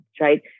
right